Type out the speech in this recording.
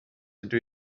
dydw